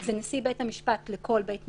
זה נשיא בית משפט לכל בית משפט,